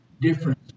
difference